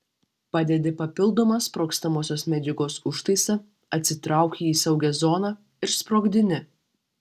padedi papildomą sprogstamosios medžiagos užtaisą atsitrauki į saugią zoną ir sprogdini